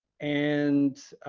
and